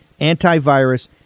antivirus